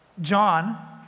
John